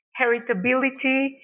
heritability